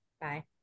Bye